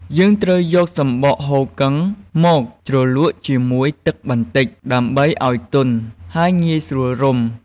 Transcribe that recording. យើងត្រូវយក សំបកហ៊ូគឹង មកជ្រលក់ជាមួយទឹកបន្តិច ដើម្បីឱ្យទន់ ហើយងាយស្រួលរុំ។